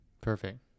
Perfect